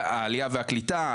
העלייה והקליטה,